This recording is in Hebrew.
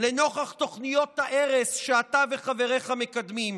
לנוכח תוכניות ההרס שאתה וחבריך מקדמים.